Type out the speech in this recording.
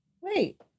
Wait